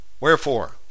Wherefore